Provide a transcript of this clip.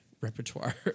repertoire